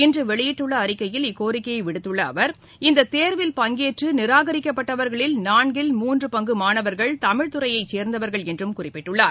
இன்று வெளியிட்டுள்ள அறிக்கையில் இக்கோரிக்கையை விடுத்துள்ள அவர் இந்த தேர்வில் பங்கேற்று நிராகரிக்கப்பட்டவர்களில் நான்கில் மூன்று பங்கு மாணவர்கள் தமிழ் துறையச்சேர்ந்தவர்கள் என்றும் குறிப்பிட்டுள்ளார்